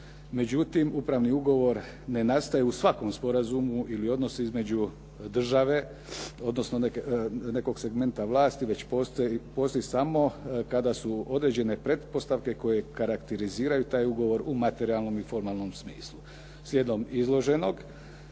Međutim, upravni ugovor ne nastaje u svakom sporazumu ili odnosu između države, odnosno nekog segmenta vlasti, već postoji samo kada su određene pretpostavke koje karakteriziraju taj ugovor u materijalnom i formalnom smislu. Slijedom izloženog